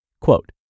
Quote